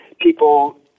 people